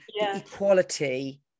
equality